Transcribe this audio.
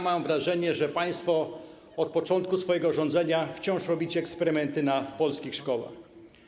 Mam wrażenie, że państwo od początku swojego rządzenia wciąż robicie eksperymenty na polskich szkołach.